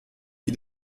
qui